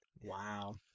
Wow